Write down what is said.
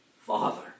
Father